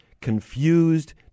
confused